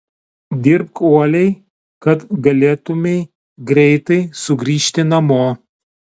dirbk uoliai kad galėtumei greitai sugrįžti namo